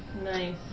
Nice